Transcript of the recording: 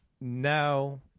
no